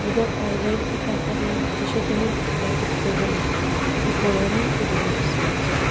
उदक आयलें की तांकां थंय जशें तुमी प्लेट दवरल्ला ती पळोवनय तीं बरीं दिसपाक जाय